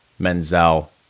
Menzel